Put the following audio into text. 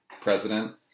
president